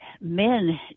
men